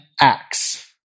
ACTS